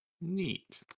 Neat